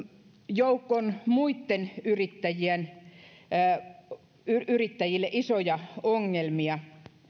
joukolle muita yrittäjiä isoja ongelmia